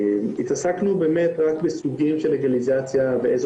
התעסקנו באמת רק בסוגים של לגליזציה ואיזה